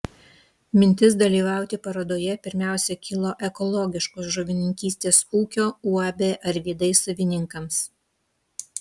mintis dalyvauti parodoje pirmiausia kilo ekologiškos žuvininkystės ūkio uab arvydai savininkams